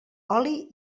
oli